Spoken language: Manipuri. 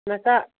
ꯃꯆꯥ